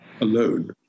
alone